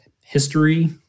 history